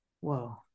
Whoa